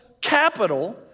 capital